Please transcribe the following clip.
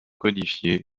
codifiés